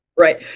Right